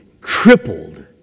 crippled